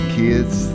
kids